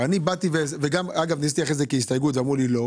אז גם לזה התנגדו.